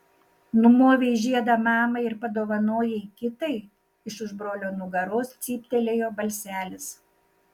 numovei žiedą mamai ir padovanojai kitai iš už brolio nugaros cyptelėjo balselis